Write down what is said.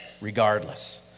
regardless